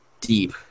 deep